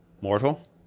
Mortal